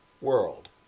world